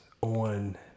on